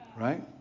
right